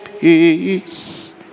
peace